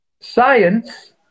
Science